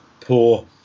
poor